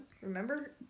remember